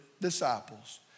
disciples